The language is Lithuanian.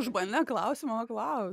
už mane klausi mano klau